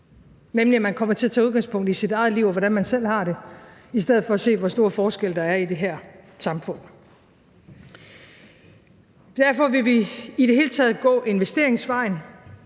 nemlig at man kommer til at tage udgangspunkt i sit eget liv, og hvordan man selv har det, i stedet for at se, hvor stor forskel der er i det her samfund. Kl. 22:03 Derfor vil vi i det hele taget gå investeringsvejen